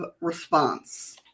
response